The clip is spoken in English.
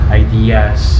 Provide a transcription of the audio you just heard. ideas